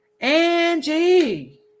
Angie